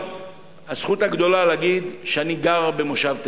הזכות הגדולה היא לומר שאני גר במושב תל-עדשים.